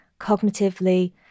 cognitively